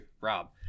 Rob